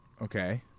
Okay